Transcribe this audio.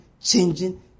changing